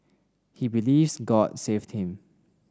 he believes god saved him